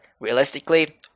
Realistically